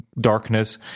darkness